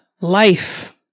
life